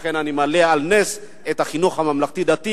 לכן אני מעלה על נס את החינוך הממלכתי-דתי,